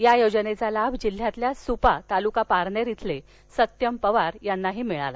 या योजनेचा लाभ जिल्ह्यातील सुपा तालुका पारनेर इथले सत्यम पवार यांनाही झाला